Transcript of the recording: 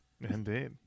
Indeed